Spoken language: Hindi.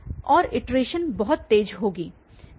और इटरेशनस बहुत तेज होंगी